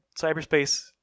cyberspace